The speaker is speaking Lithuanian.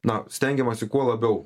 na stengiamasi kuo labiau